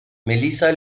melissa